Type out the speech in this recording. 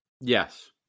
Yes